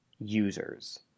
Users